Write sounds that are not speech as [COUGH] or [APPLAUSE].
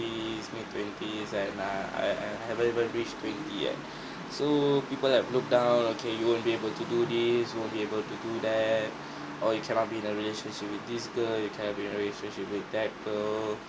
twenties mid-twenties and uh I I haven't even reached twenty yet [BREATH] so people like look down okay you won't be able to do this you won’t be able to do that [BREATH] or you cannot be in a relationship with this girl you cannot be in a relationship with that girl